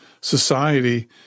society